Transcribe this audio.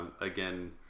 again